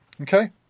Okay